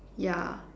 ya